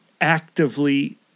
actively